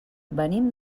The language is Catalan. venim